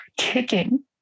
kicking